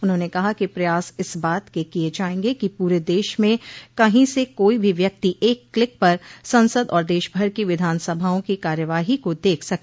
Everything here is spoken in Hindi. उन्होंने कहा कि प्रयास इस बात के किये जायेंगे कि पूरे देश में कहीं से कोई भी व्यक्ति एक क्लिक पर संसद और देशभर की विधानसभाओं की कार्यवाही को देख सके